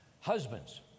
husbands